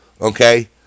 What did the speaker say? okay